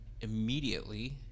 immediately